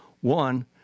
One